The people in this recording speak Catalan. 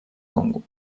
congo